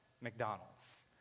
McDonald's